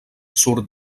surt